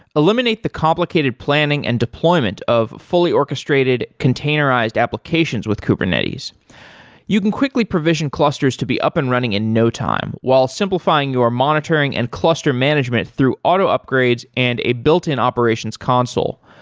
eliminate the complicated planning and deployment of fully orchestrated containerized applications with kubernetes you can quickly provision clusters to be up and running in no time, while simplifying your monitoring and cluster management through auto upgrades and a built-in operations console.